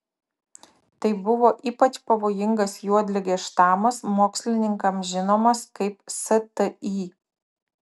tai buvo ypač pavojingas juodligės štamas mokslininkams žinomas kaip sti